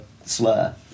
Slur